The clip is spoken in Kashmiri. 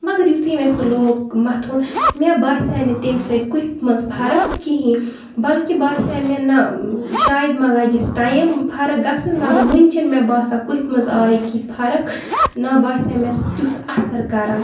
مَگر یِتُھے مےٚ سُہ لوگ مَتُھن مےٚ باسے نہٕ تَمہِ سۭتۍ کُپھ منٛز فرق کِہینۍ بلکہِ باسے مےٚ نہ شاید مہ لگیس ٹایم فرق گژھنَس مَگر وُنہِ چھےٚ نہٕ مےٚ باسان کُپھ منٛز آیہِ کیٚنٛہہ فرق نہ باسے مےٚ سُہ تُتھ اَثر کران